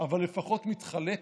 אבל לפחות מתחלקת,